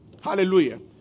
Hallelujah